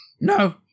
No